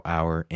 Hour